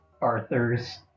Arthur's